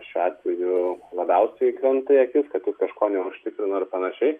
šiuo atveju labiausiai krenta į akis kad jis kažko neužtikrino ir panašiai